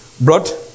brought